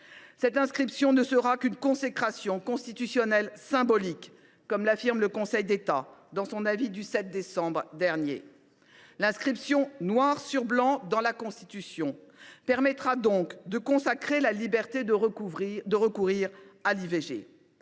Cette inscription ne sera qu’une consécration constitutionnelle symbolique, comme l’affirme le Conseil d’État dans son avis du 7 décembre dernier. L’inscription noir sur blanc dans la Constitution permettra de consacrer la liberté de recourir à l’IVG,